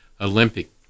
Olympic